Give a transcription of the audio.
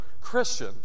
Christian